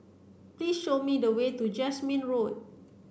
please show me the way to Jasmine Road